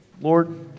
Lord